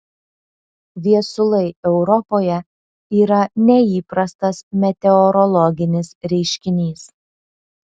viesulai europoje yra neįprastas meteorologinis reiškinys